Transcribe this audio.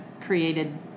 created